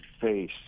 face